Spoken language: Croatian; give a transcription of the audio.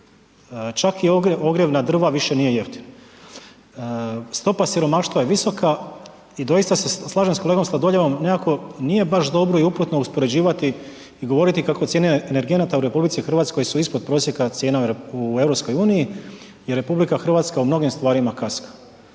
čak i ogrjev na drva više nije jeftin, stopa siromaštva je visoka i doista se slažem sa kolegom Sladoljevom nekako nije baš dobro i uputno uspoređivati i govoriti kako cijene energenata u RH su ispod prosjeka cijena u EU i RH u mnogim stvarima kaska.